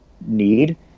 need